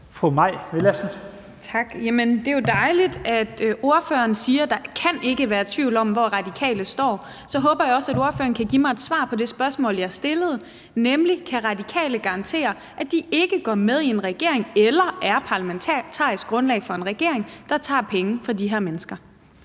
Tak. Jamen det er jo dejligt, at ordføreren siger, at der ikke kan være tvivl om, hvor Radikale står. Så håber jeg også, at ordføreren kan give mig et svar på det spørgsmål, jeg stillede, nemlig: Kan Radikale garantere, at de ikke går med i en regering eller vil være parlamentarisk grundlag for en regering, der tager penge fra de her mennesker